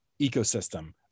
ecosystem